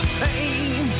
pain